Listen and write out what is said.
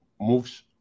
moves